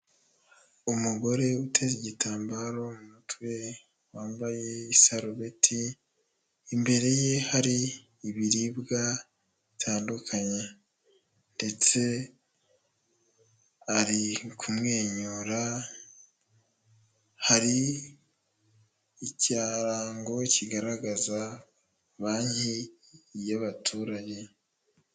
Umugore uteze igitambaro mu mutwe wambaye isarubeti, imbere ye hari ibiribwa bitandukanye ndetse ari kumwenyura, hari ikirango kigaragaza banki y'abaturage.